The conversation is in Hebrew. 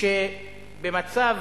שבמצב